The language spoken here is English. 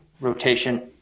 rotation